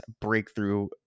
breakthrough